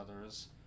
others